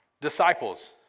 disciples